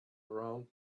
around